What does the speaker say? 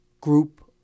group